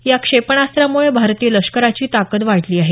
या क्षेपणास्त्रामुळं भारतीय लष्कराची ताकद वाढली आहे